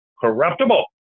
corruptible